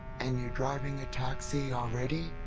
and you're driving a taxi already?